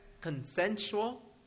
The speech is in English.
consensual